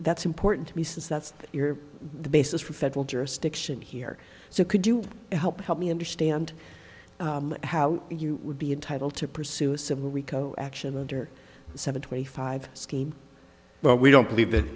that's important to me since that's your basis for federal jurisdiction here so could you help help me understand how you would be entitled to pursue a civil rico action under seven twenty five scheme but we don't believe that